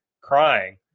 crying